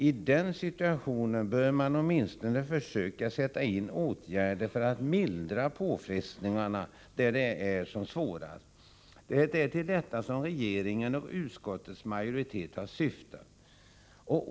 I den situationen bör man åtminstone försöka sätta in åtgärder för att mildra påfrestningarna där de är som svårast. Det är till detta som regeringen och utskottets majoritet har syftat.